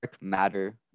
matter